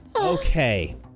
Okay